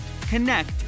connect